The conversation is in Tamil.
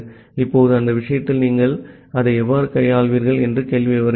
இப்போது அந்த விஷயத்தில் நீங்கள் அதை எவ்வாறு கையாள்வீர்கள் என்ற கேள்வி வருகிறது